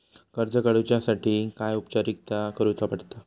कर्ज काडुच्यासाठी काय औपचारिकता करुचा पडता?